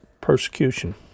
persecution